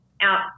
out